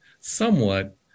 somewhat